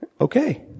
Okay